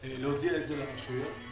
להודיע את זה לרשויות.